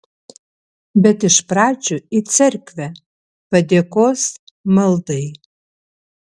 bet iš pradžių į cerkvę padėkos maldai